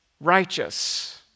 righteous